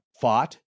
fought